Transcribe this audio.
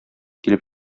килеп